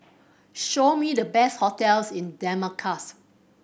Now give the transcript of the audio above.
show me the best hotels in Damascus